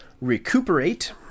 recuperate